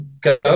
go